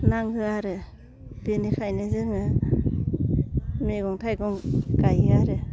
नांगौ आरो बिनिखायनो जोङो मैगं थाइगं गायो आरो